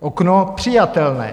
Okno přijatelné.